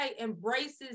embraces